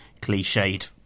cliched